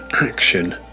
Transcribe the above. action